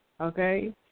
okay